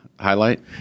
highlight